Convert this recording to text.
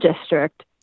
district